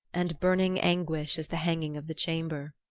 and burning anguish is the hanging of the chamber.